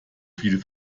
viel